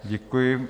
Děkuji.